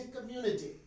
community